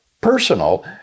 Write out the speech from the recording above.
personal